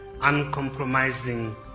uncompromising